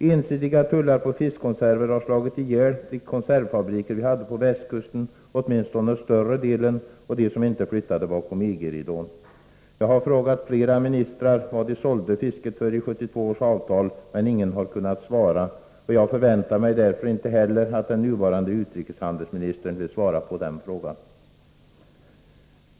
Ensidiga tullar på fiskkonserver har slagit ihjäl de konservfabriker vi hade på västkusten, åtminstone flertalet av dem och dem som inte flyttat bakom EG-ridån. Jag har frågat flera ministrar vad de sålde fisket för i 1972 års avtal, men ingen har kunnat svara. Jag förväntar mig därför inte heller att den nuvarande utrikeshandelsministern vill svara på den frågan.